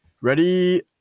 Ready